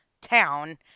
town